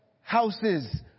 houses